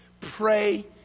Pray